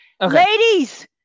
Ladies